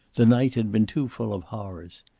the night had been too full of horrors.